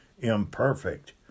imperfect